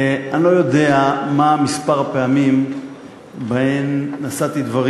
אני לא יודע מה מספר הפעמים שנשאתי דברים